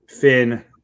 Finn